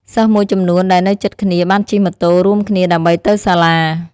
សិស្សមួយចំនួនដែលនៅជិតគ្នាបានជិះម៉ូតូរួមគ្នាដើម្បីទៅសាលា។